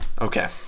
Okay